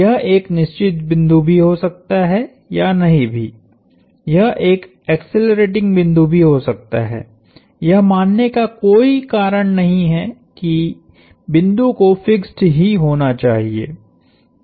यह एक निश्चित बिंदु हो भी सकता है या नहीं भीयह एक एक्सेलरेटिंग बिंदु भी हो सकता है यह मानने का कोई कारण नहीं है कि बिंदु को फिक्स्ड ही होना चाहिए